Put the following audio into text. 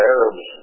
Arabs